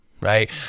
Right